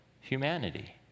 humanity